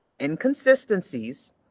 inconsistencies